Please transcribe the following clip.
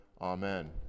Amen